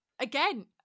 again